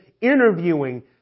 interviewing